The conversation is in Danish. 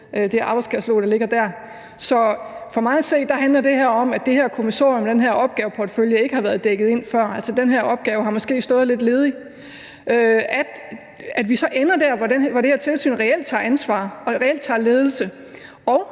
eller arbejdskatalog, der ligger der. Så for mig at se handler det her om, at det her kommissorium, den her opgaveportefølje ikke har været dækket ind før. Altså, den her opgave har måske stået lidt ledig. At vi så ender dér, hvor det her tilsyn reelt tager ansvar og reelt tager ledelse,